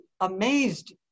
amazed